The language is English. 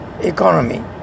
economy